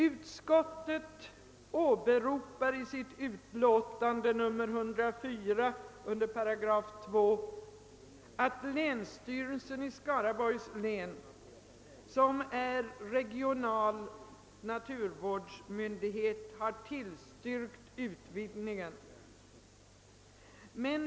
Utskottet åberopar i sitt utlåtande nr 104 under punkten 2 att länsstyrelsen i Skaraborgs län, som är regional naturvårdsmyndighet, har tillstyrkt utvidgningen.